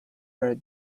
her